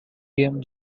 game